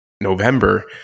November